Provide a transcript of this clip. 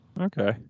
Okay